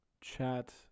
chat